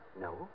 No